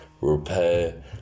repair